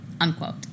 Unquote